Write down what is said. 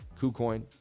KuCoin